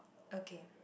okay